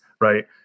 right